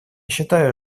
считаю